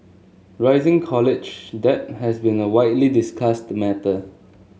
rising college debt has been a widely discussed matter